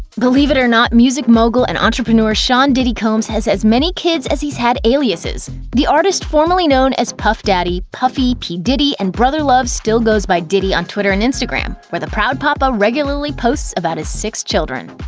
believe it or not, music mogul and entrepreneur sean diddy combs has as many kids as he's had aliases. the artist formerly known as puff daddy, puffy, p diddy, and brother love still goes by diddy on twitter and instagram, where the proud papa regularly posts about his six children.